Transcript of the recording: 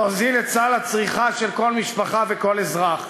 להוזיל את סל הצריכה של כל משפחה וכל אזרח.